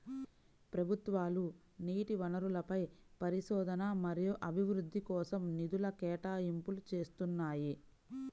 ప్రభుత్వాలు నీటి వనరులపై పరిశోధన మరియు అభివృద్ధి కోసం నిధుల కేటాయింపులు చేస్తున్నాయి